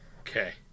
Okay